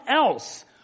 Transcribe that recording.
else